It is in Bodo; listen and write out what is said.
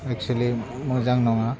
एकसुलि मोजां नङा